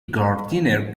gardiner